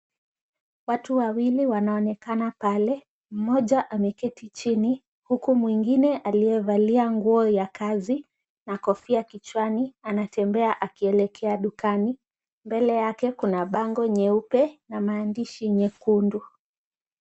Watu wawili wanaonekana pale , mmoja ameketi chini huku mwingine aliyevalia nguo ya kazi na kofia kichwani anatembea akielekea dukani. Mbele yake kuna bango nyeupe na maandishi nyekundu.